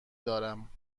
دارم